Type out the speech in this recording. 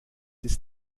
ist